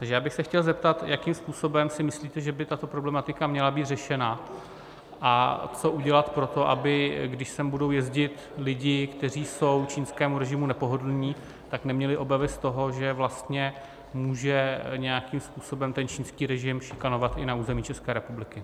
Takže já bych se chtěl zeptat, jakým způsobem si myslíte, že by tato problematika měla být řešena, a co udělat pro to, aby když sem budou jezdit lidi, kteří jsou čínskému režimu nepohodlní, neměli obavy z toho, že vlastně je může nějakým způsobem ten čínský režim šikanovat i na území České republiky.